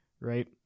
right